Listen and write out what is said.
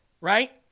right